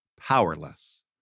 powerless